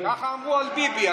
ככה אמרו על ביבי.